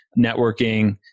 networking